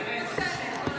אני מתנצלת.